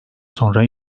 sonra